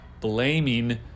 blaming